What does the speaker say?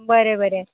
बरें बरें